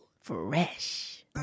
Fresh